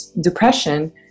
depression